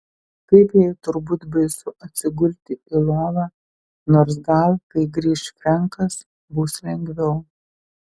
kaip jai turbūt baisu atsigulti į lovą nors gal kai grįš frenkas bus lengviau